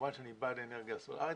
וכמובן שאני בעד לאנרגיה סולרית,